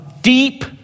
deep